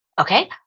Okay